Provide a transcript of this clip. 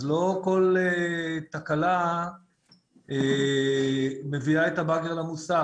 אז לא כל תקלה מביאה את הבאגר למוסך.